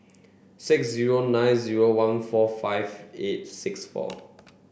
six zero nine zero one four five eight six four